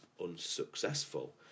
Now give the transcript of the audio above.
unsuccessful